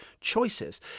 choices